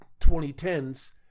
2010s